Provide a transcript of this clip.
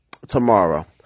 tomorrow